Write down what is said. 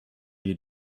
you